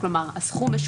אבל העיקרון הזה